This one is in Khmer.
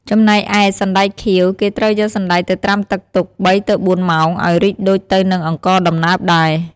ចំណែកឯ «សណ្ដែកខៀវ» គេត្រូវយកសណ្ដែកទៅត្រាំទឹកទុក ៣ទៅ៤ម៉ោង ឱ្យរីកដូចទៅនឹងអង្ករដំណើបដែរ។